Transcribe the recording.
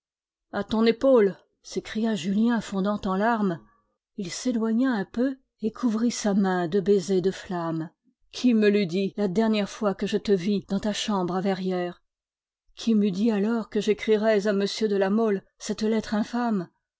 a ton épaule s'écria julien fondant en larmes il s'éloigna un peu et couvrit sa main de baisers de flamme qui me l'eût dit la dernière fois que je te vis dans ta chambre à verrières qui m'eût dit alors que j'écrirais à m de la mole cette lettre